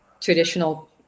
traditional